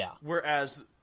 whereas